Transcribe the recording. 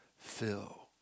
fill